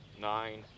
nine